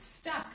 stuck